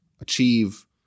achieve